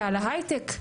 ועל ההי-טק,